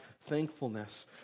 thankfulness